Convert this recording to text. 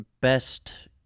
best